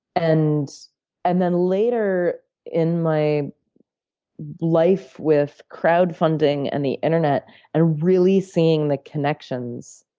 and and then, later in my life with crowd-funding and the internet and really seeing the connections,